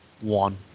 one